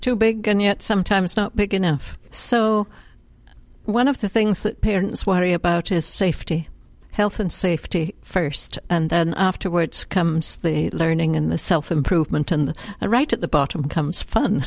big and yet sometimes not big enough so one of the things that parents worry about his safety health and safety first and then afterwards comes the learning and the self improvement and right at the bottom comes fun